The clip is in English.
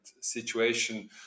situation